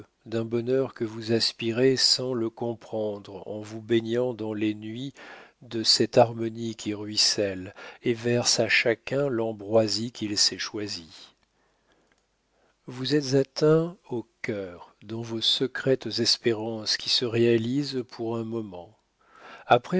d'un bonheur que vous aspirez sans le comprendre en vous baignant dans les flots de cette harmonie qui ruisselle et verse à chacun l'ambroisie qu'il s'est choisie vous êtes atteint au cœur dans vos secrètes espérances qui se réalisent pour un moment après